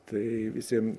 tai visiem